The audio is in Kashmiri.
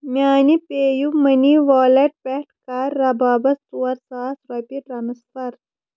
میٛانہِ پے یوٗ مٔنی والٮ۪ٹ پٮ۪ٹھ کَر رَبابَس ژور ساس رۄپیہِ ٹرٛانٕسفَر